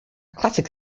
classic